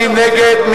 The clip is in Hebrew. מי נגד?